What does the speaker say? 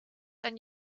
ein